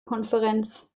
konferenz